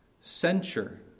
censure